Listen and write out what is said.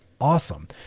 Awesome